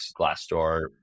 Glassdoor